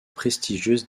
prestigieuse